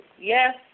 Yes